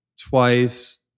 twice